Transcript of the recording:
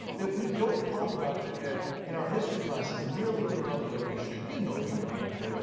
that we don't talk about it in ah in our history classes nearly to the level that we should. you know human nature.